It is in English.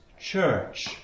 church